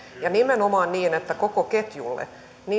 ja nimenomaan koko ketjulle